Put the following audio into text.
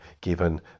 given